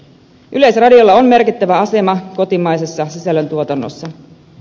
yleisradiolla on merkittävä asema kotimaisessa sisällöntuotannossa